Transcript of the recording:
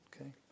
okay